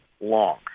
long